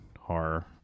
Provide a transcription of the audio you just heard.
horror